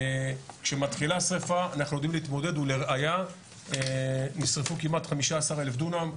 כשמתחילה שריפה אנחנו יודעים להתמודד ולראייה נשרפו כמעט 15,000 דונם,